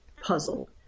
puzzle